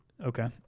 Okay